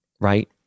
right